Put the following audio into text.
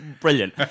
brilliant